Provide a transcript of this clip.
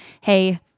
hey